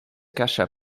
cacha